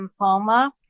lymphoma